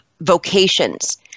vocations